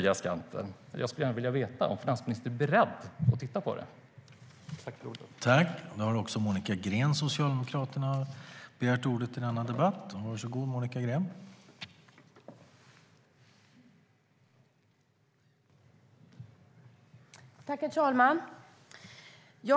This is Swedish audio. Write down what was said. Jag skulle gärna vilja veta om finansministern är beredd att titta på detta.